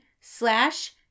slash